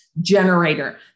generator